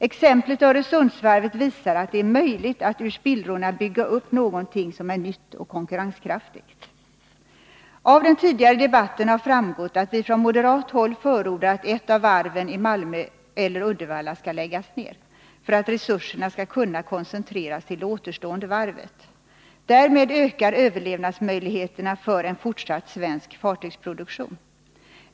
Exemplet Öresundsvarvet visar att det är möjligt att ur spillrorna bygga upp någonting som är nytt och konkurrenskraftigt. Av den tidigare debatten har framgått att vi från moderat håll förordar att ett av varven i Malmö och Uddevalla skall läggas ned för att resurserna skall kunna koncentreras till det återstående varvet. Därmed ökar överlevnadsmöjligheterna för en fortsatt svensk fartygsproduktion.